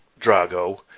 Drago